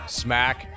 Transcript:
smack